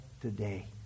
today